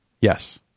Yes